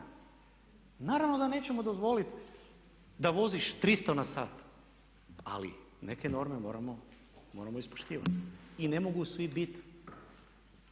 Naravno da nećemo dozvoliti da voziš 300 na sat, ali neke norme moramo ispoštivati i ne mogu svi bit